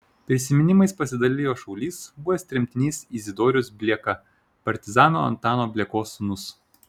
prisiminimais pasidalijo šaulys buvęs tremtinys izidorius blieka partizano antano bliekos sūnus